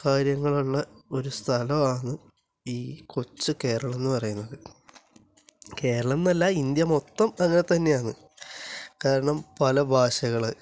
കാര്യങ്ങളുള്ള ഒരു സ്ഥലമാണ് ഈ കൊച്ചു കേരളമെന്നു പറയുന്നത് കേരളം എന്നല്ല ഇന്ത്യ മൊത്തം അങ്ങനെ തന്നെയാണ് കാരണം പല ഭാഷകള്